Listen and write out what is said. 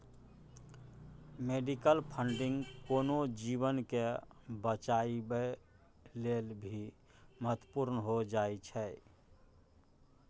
medical funding कोनो जीवन के बचाबइयो लेल भी महत्वपूर्ण हो जाइ छइ